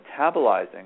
metabolizing